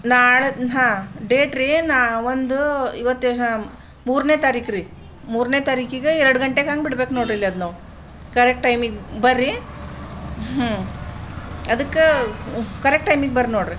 ನಾಳೆ ಹಾಂ ಡೇಟ್ರೀ ನಾ ಒಂದು ಇವತ್ತು ಮೂರನೇ ತಾರೀಖು ರಿ ಮೂರನೇ ತಾರೀಖಿಗೆ ಎರಡು ಗಂಟೆಗೆ ಹಂಗೆ ಬಿಡ್ಬೇಕು ನೊಡ್ರಿಲಿ ಅದು ನಾವು ಕರೆಕ್ಟ್ ಟೈಮಿಗೆ ಬರ್ರೀ ಹ್ಞೂ ಅದಕ್ಕೆ ಕರೆಕ್ಟ್ ಟೈಮಿಗೆ ಬರ್ರಿ ನೋಡ್ರಿ